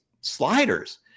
sliders